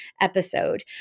episode